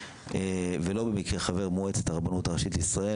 ולא במקרה חבר במועצת הרבנות הראשית לישראל,